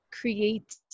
create